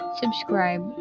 subscribe